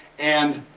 and